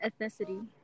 ethnicity